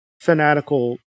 fanatical